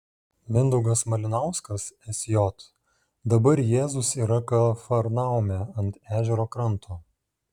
mindaugas malinauskas sj dabar jėzus yra kafarnaume ant ežero kranto